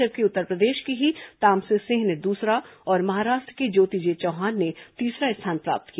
जबकि उत्तरप्रदेश की ही तामसी सिंह ने दूसरा और महाराष्ट्र की ज्योति जे चौहान ने तीसरा स्थान प्राप्त किया